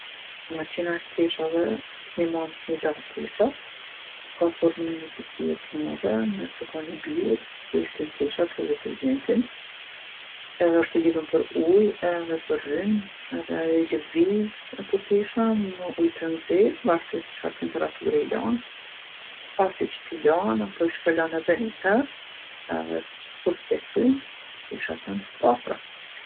Maqina e teshave t'nimon mi la teshat. Ka formën e ni kutije t'madhe, n'mes e ka ni birë ku i shtin teshat edhe detergjentin. Edhe osht i lidhun për ujë edhe për rrymë edhe ajo i levizë ato tesha në ujë t'nxehë, mvarisht n'çfarc temperature i lan. Pasi që ti lan, ato i shpërlan edhe ni here edhe kur te kryn teshat jan t'pastra.